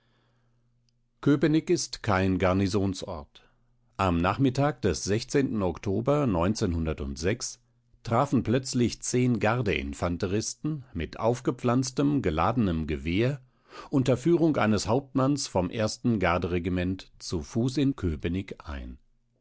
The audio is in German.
köpenick ist kein garnisonort am nachmittag des oktober trafen plötzlich zehn gardeinfanteristen mit aufgepflanztem geladenem gewehr unter führung eines hauptmanns vom ersten garderegiment zu fuß in köpenick ein